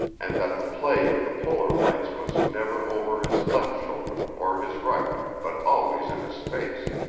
and that the play of the polar lights was never over his left shoulder or his right, but always in his face.